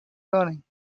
learning